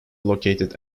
located